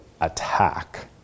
attack